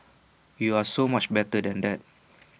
you are so much better than that